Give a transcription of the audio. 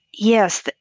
Yes